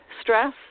stress